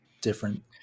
different